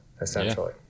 Essentially